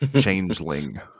Changeling